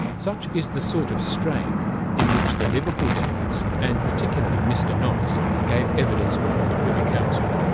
such is the sort of strain in which the liverpool delegates, and particularly mr. norris, gave evidence before the privy council.